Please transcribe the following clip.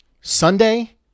Sunday